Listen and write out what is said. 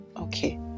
Okay